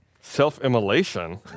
Self-immolation